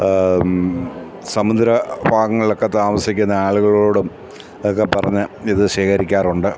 സമുദ്ര ഭാഗങ്ങളിലൊക്കെ താമസിക്കുന്ന ആളുകളോടുമൊക്കെ പറഞ്ഞ് ഇത് ശേഖരിക്കാറുണ്ട്